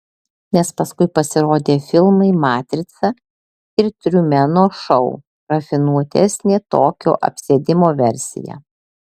nes paskui pasirodė filmai matrica ir trumeno šou rafinuotesnė tokio apsėdimo versija